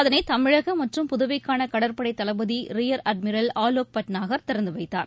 அதனை தமிழக மற்றும் புதுவைக்கான கடற்படை தளபதி ரியர் அட்மிரல் ஆலோக் பட்நாகர் திறந்துவைத்தார்